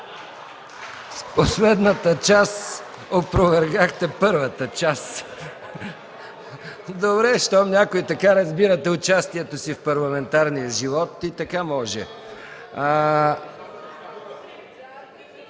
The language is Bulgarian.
С последната част опровергахте първата част. (Смее се.) Добре, щом някой така разбира участието си в парламентарния живот, и така може.